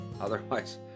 otherwise